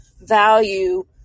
value